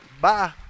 bye